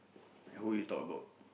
who would you talk about